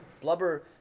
Blubber